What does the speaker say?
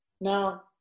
Now